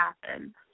happen